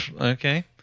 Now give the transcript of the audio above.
okay